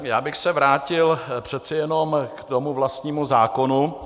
Já bych se vrátil přece jenom k vlastnímu zákonu.